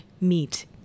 meet